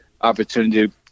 opportunity